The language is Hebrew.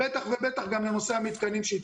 בטח ובטח יש את נושא המתקנים שאליו